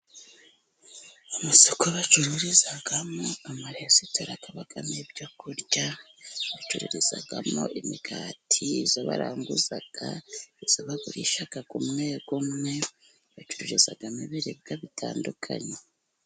Amasoko bacururizamo amaresitora hakabamo, ibyo kurya bacururizamo: imigati y' abaranguza, y' abagurisha, umwe umwe bacururizamo, ibiribwa bitandukanye.